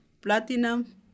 platinum